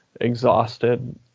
exhausted